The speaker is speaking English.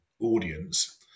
audience